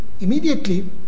immediately